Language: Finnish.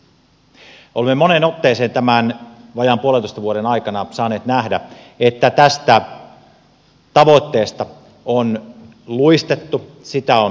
olemme moneen otteeseen tämän vajaan puolentoista vuoden aikana saaneet nähdä että tästä tavoitteesta on luistettu sitä on lievennetty